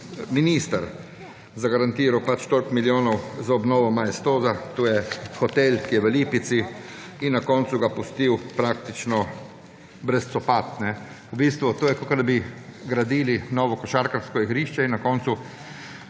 minister zagarantiral pač toliko milijonov za obnovo Maestoza, to je hotel, ki je v Lipici, in na koncu ga pustil praktično brez copat. V bistvu je to, kot da bi gradili novo košarkarsko igrišče in na koncu